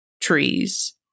trees